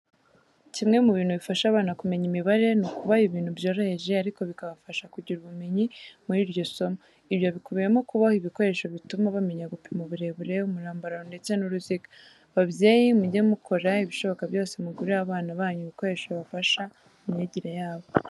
Kimwe mu bintu bifasha abana kumenya imibare, ni ukubaha ibintu byoroheje ariko bibafasha kugira ubumenyi muri iryo somo. Ibyo bikubiyemo kubaha ibikoresho bituma bamenya gupima uburebure, umurambararo ndetse n'uruziga. Babyebyi, mujye mukora ibishoboka byose mugurire abana banyu ibikoresho bibafasha mu myigire yabo.